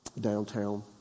Downtown